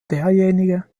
derjenige